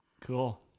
Cool